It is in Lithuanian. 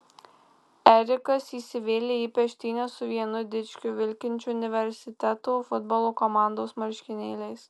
erikas įsivėlė į peštynes su vienu dičkiu vilkinčiu universiteto futbolo komandos marškinėliais